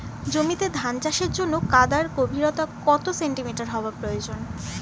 জমিতে ধান চাষের জন্য কাদার গভীরতা কত সেন্টিমিটার হওয়া প্রয়োজন?